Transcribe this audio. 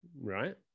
right